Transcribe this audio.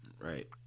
Right